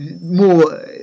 more